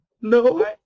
No